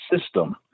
system